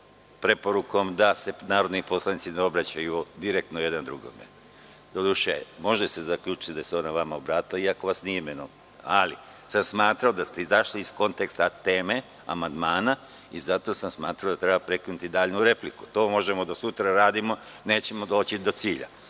preporukom da se narodni poslanici ne obraćaju direktno jedan drugome. Doduše, može se zaključiti da se ona vama obratila, iako vas nije imenovala, ali sam smatrao da ste izašli iz konteksta teme amandmana i zato sam smatrao da treba prekinuti dalju repliku. To možemo do sutra da radimo, nećemo doći do cilja.